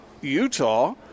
Utah